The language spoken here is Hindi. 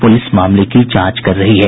पुलिस मामले की जांच कर रही है